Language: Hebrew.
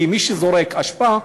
כי מי שזורק אשפה,